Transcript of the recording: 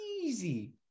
easy